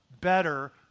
better